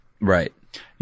Right